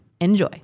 enjoy